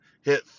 hit